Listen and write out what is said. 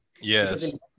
Yes